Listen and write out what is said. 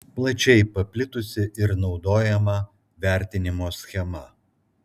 plačiai paplitusi ir naudojama vertinimo schema